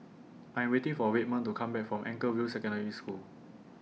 I Am waiting For Redmond to Come Back from Anchorvale Secondary School